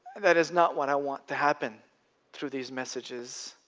that is not what i want to happen through these messages.